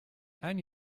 ein